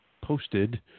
posted